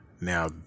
Now